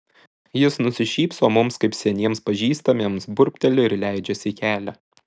jis nusišypso mums kaip seniems pažįstamiems burbteli ir leidžiasi į kelią